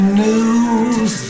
news